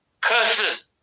curses